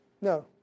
No